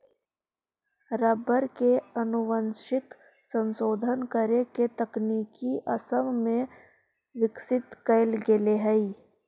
rubber के आनुवंशिक संशोधन करे के तकनीक असम में विकसित कैल गेले हई